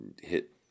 hit